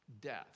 death